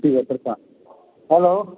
hello